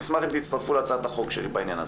אני אשמח אם תצטרפו להצעת החוק שלי בעניין הזה,